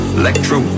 electro